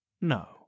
No